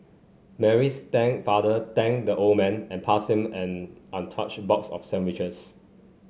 Mary's father thanked the old man and passed him an untouched box of sandwiches